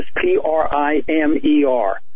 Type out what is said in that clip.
P-R-I-M-E-R